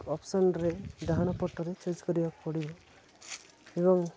ଅପ୍ସନରେ ଡାହାଣ ପଟରେ ଚୁଜ୍ କରିବାକୁ ପଡ଼ିବ ଏବଂ